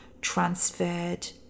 transferred